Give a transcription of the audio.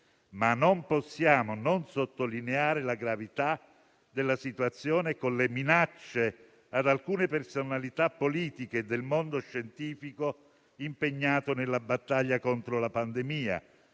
Non possiamo, però, non sottolineare la gravità della situazione, con le minacce a personalità politiche e del mondo scientifico impegnate nella battaglia contro la pandemia.